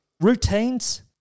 routines